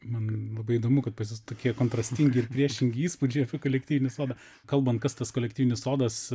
man labai įdomu kad pas jus tokie kontrastingi ir priešingi įspūdžiai apie kolektyvinį sodą kalbant kas tas kolektyvinis sodas